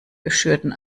geschürten